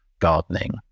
gardening